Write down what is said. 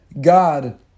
God